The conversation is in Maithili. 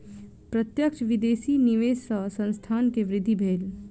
प्रत्यक्ष विदेशी निवेश सॅ संस्थान के वृद्धि भेल